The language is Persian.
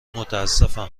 متاسفم